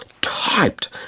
typed